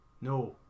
no